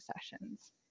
sessions